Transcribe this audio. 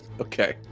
Okay